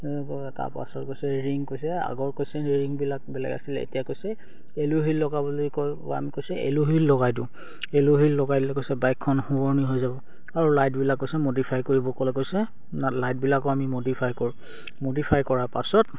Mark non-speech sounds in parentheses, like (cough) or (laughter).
তাৰ পাছত কৈছে ৰিং কৈছে আগৰ কৈছে ৰিংবিলাক বেলেগ আছিলে এতিয়া কৈছে এলোহিল লগাব বুলি কয় (unintelligible) কৈছে এলোহিল লগাই দিওঁ এলোহিল লগাই দিলে কৈছে বাইকখন শুৱনি হৈ যাব আৰু লাইটবিলাক কৈছে মডিফাই কৰিব ক'লে কৈছে লাইটবিলাকো আমি মডিফাই কৰোঁ মডিফাই কৰাৰ পাছত